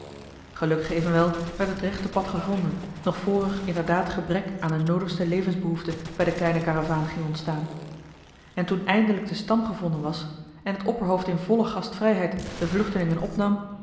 gelukkig evenwel werd het rechte pad gevonden nog voor er inderdaad gebrek aan de noodigste levensbehoeften bij de kleine karavaan ging ontstaan en toen eindelijk de stam gevonden was en het opperhoofd in volle gastvrijheid de vluchtelingen opnam